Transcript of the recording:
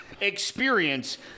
experience